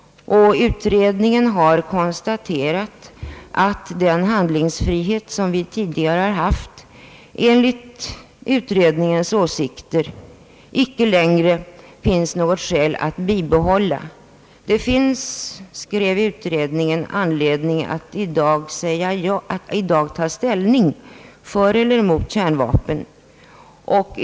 Utredningen har konstaterat att det enligt dess åsikt icke längre finns något skäl att bibehålla den handlingsfrihet som vi tidigare haft. Det finns, skrev utredningen, anledning att i dag ta ställning för eller emot kärnvapen.